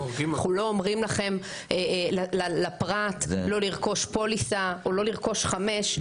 אנחנו לא אומרים לפרט לא לרכוש פוליסה או לא לרכוש חמש.